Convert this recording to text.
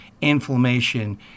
inflammation